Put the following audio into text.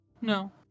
No